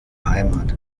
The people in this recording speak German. heimat